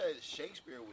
Shakespeare